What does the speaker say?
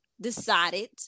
decided